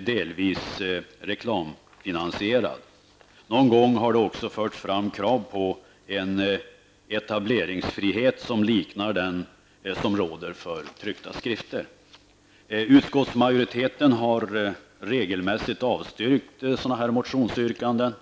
delvis reklamfinansierad. Någon gång har det också förts fram krav på en etableringsfrihet som liknar den som gäller för tryckta skrifter. Utskottsmajoriteten har regelmässigt avstyrkt sådana motionsyrkanden.